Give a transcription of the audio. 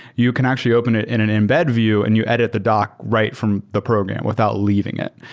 you can actually open it in an embed view and you edit the doc right from the program without leaving it.